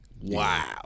Wow